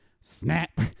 Snap